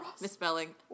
Misspelling